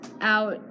Out